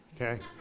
okay